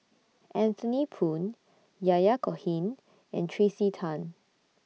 Anthony Poon Yahya Cohen and Tracey Tan